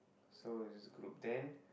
so this group then